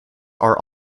are